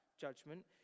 judgment